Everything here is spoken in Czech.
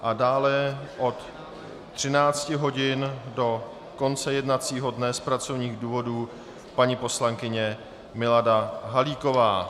A dále od 13 hodin do konce jednacího dne z pracovních důvodů paní poslankyně Milada Halíková.